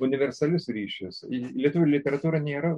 universalius ryšius i lietuvių literatūra nėra